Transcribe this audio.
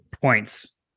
points